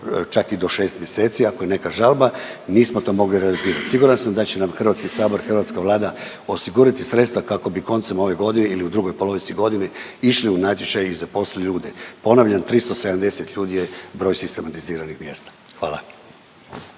čak i do 6 mjeseci ako je neka žalba, nismo to mogli realizirati. Siguran sam da će nam HS i hrvatska Vlada osigurati sredstva kako bi koncem ove godine ili u drugoj polovici godine išli u natječaj i zaposlili ljude. Ponavljam, 370 ljudi je broj sistematiziranih mjesta. Hvala.